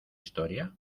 historia